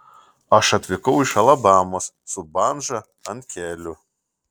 aš atvykau iš alabamos su bandža ant kelių